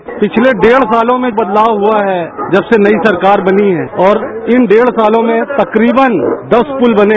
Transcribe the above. bite पिछले डेढ सालों में बदलाव हुआ है जब से नई सरकार बनी है और इन डेढ़ सालों में तकरीबन दस पुल बने